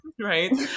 right